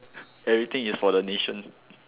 everything is for the nation